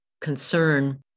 concern